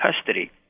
custody